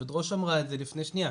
היו"ר אמרה את זה לפני שנייה.